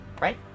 right